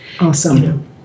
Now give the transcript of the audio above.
awesome